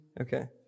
Okay